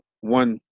one